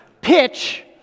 pitch